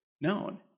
known